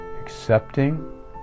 accepting